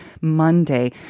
Monday